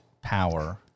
power